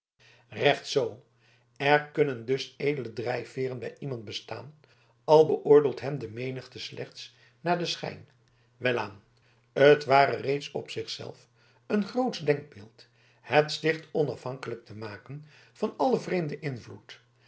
recht zoo er kunnen dus edele drijfveeren bij iemand bestaan al beoordeelt hem de menigte slechts naar den schijn welaan het ware reeds op zich zelf een grootsch denkbeeld het sticht onafhankelijk te maken van allen vreemden invloed